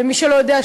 ומי שלא יודע,